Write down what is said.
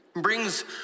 brings